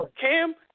Cam